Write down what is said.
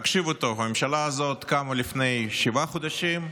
תקשיבו טוב: הממשלה הזאת קמה לפני שבעה חודשים,